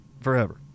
forever